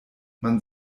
man